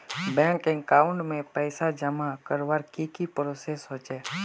Bank account में पैसा जमा करवार की की प्रोसेस होचे?